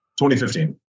2015